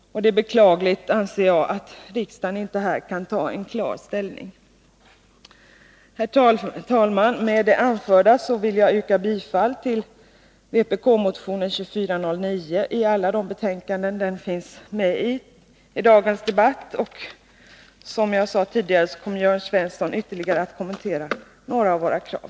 Det är beklagligt, anser jag, att riksdagen inte här kan göra ett klart ställningstagande. Herr talman! Med det anförda vill jag yrka bifall till vpk-motionen 2409 när det gäller alla de betänkanden i dagens debatt där den har behandlats. Som jagsade tidigare kommer Jörn Svensson att ytterligare kommentera några av våra krav.